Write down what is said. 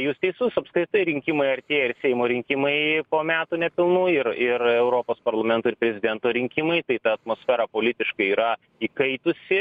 jūs teisus apskritai rinkimai artėja ir seimo rinkimai po metų nepilnų ir ir europos parlamento ir prezidento rinkimai tai ta atmosfera politiškai yra įkaitusi